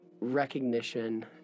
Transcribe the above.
Recognition